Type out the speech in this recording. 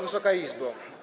Wysoka Izbo!